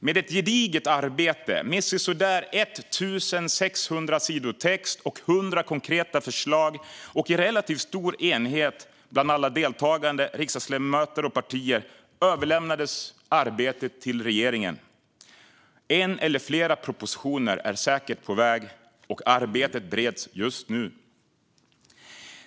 Det är ett gediget arbete, med sisådär 1 600 sidor text och 100 konkreta förslag, som i relativt stor enighet bland alla deltagande riksdagsledamöter och partier överlämnades till regeringen. En eller flera propositioner är säkert på väg, och arbetet bereds just nu.